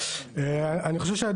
אני חושב שזה